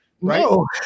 No